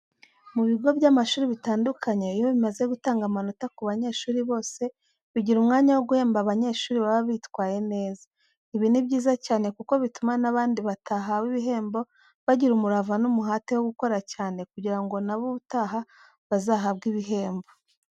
Mu bigo by'amashuri bitandukanye iyo bimaze gutanga amanota ku banyeshuri bose, bigira umwanya wo guhemba banyeshuri baba baritwaye neza. Ibi ni byiza cyane kuko bituma n'abandi batahawe ibihembo bagira umurava n'umuhate wo gukora cyane kugira ngo na bo ubutaha bazahabwe ibihembo.